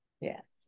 yes